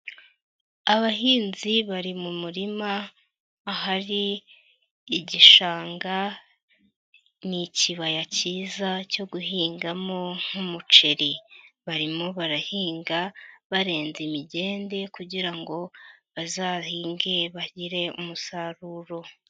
Abahinzi bari mu murima ahari igishanga, ni ikibaya cyiza cyo guhingamo nk'umuceri, barimo barahinga barenza imigende kugira ngo bazahinge bagire umusaruro.